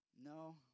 No